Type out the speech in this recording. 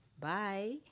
Bye